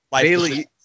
Bailey